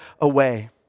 away